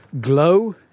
Glow